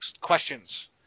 questions